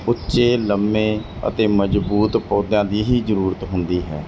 ਉੱਚੇ ਲੰਮੇ ਅਤੇ ਮਜ਼ਬੂਤ ਪੌਦਿਆਂ ਦੀ ਹੀ ਜ਼ਰੂਰਤ ਹੁੰਦੀ ਹੈ